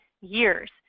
years